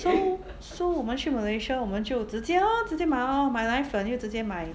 so 我们去 malaysia 我们就直接 lor 直接买 lor 买奶粉又直接买